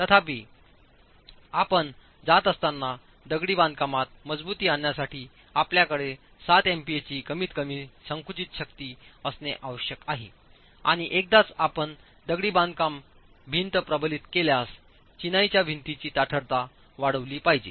तथापि आपण जात असताना दगडी बांधकामात मजबुती आणण्यासाठी आपल्याकडे 7 एमपीएची कमीतकमी संकुचित शक्ती असणे आवश्यक आहे आणि एकदाच आपण दगडी बांधकाम भिंत प्रबलित केल्यास चिनाईच्या भिंतीची ताठरता वाढविली पाहिजे